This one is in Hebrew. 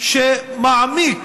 שמעמיק